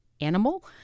animal